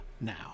now